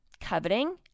coveting